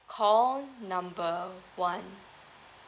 call number one